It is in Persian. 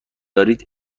دارید